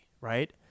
right